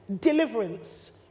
deliverance